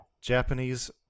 Japanese